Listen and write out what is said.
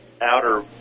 outer